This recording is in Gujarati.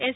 એસ